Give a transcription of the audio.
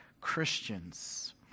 Christians